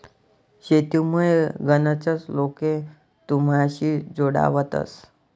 शेतीमुये गनच लोके तुमनाशी जोडावतंस